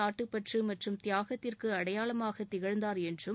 நாட்டுபற்று மற்றும் தியாகத்திற்கு அடையாளமாக திகழ்ந்தாா் என்றும்